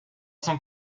cent